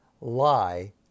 lie